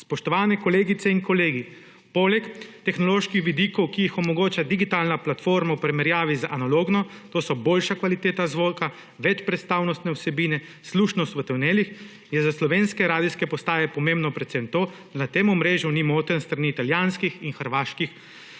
Spoštovane kolegice in kolegi! Poleg tehnoloških vidikov, ki jih omogoča digitalna platforma v primerjavi z analogno, to so boljša kvaliteta zvoka, večpredstavnostne vsebine, slušnost v tunelih in za slovenske radijske postaje je pomembno predvsem to, da na tem omrežju ni motenj s strani italijanskih in hrvaških